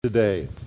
today